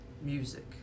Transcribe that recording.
music